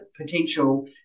potential